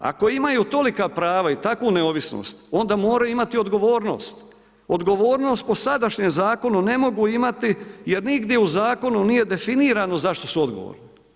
Ako imaju tolika prava i takvu neovisnost, onda moraju imati, odgovornost po sadašnjem zakonu ne mogu imati jer nigdje u zakonu nije definirano za što su odgovorni.